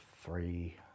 three